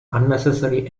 unnecessary